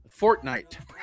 Fortnite